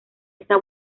esa